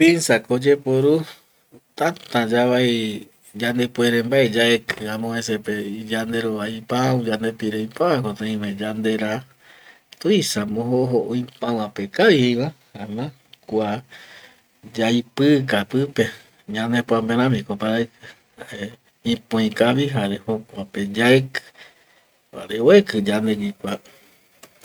Pinsako oyeporu täta yavai yandepuerembae yaeki amovecepe yanderova ipau, yandepire ipau oime yandera tuisama ojo ojo ipauapekavi oiva jaema kua yaipika pipe ñanepoape ramiko oparaikieh ipoikavi jare jokuape yaiki jare oeki yandegui kuape